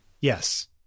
Yes